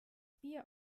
bier